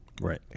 right